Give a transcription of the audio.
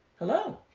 hello.